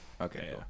Okay